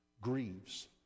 grieves